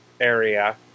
area